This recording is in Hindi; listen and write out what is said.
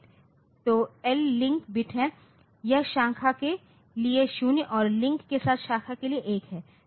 तो L लिंक बिट है यह शाखा के लिए 0 है और लिंक के साथ शाखा के लिए 1 है